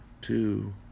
two